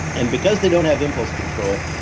and because they don't have impulse control,